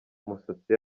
umusatsi